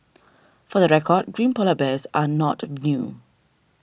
for the record green Polar Bears are not new